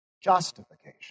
Justification